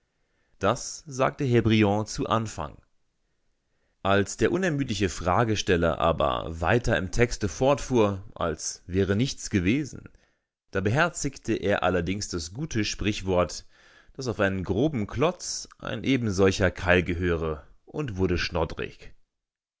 das sagte herr briand zu anfang als der unermüdliche fragesteller aber weiter im texte fortfuhr als wäre nichts gewesen da beherzigte er allerdings das gute sprichwort daß auf einen groben klotz ein ebensolcher keil gehöre und wurde